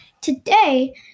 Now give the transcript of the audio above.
Today